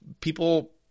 People